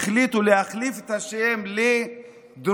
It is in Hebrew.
החליטו להחליף את השם לדרור.